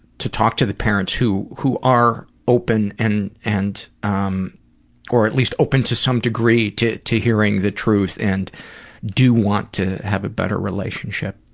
to talk to the parent who who are open and and um or at least open to some degree to to hearing the truth and do want to have a better relationship.